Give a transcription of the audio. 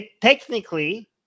technically